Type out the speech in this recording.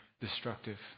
Destructive